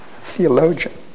theologian